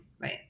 Right